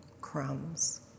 Crumbs